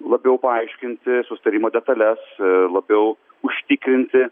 labiau paaiškinti susitarimo detales labiau užtikrinti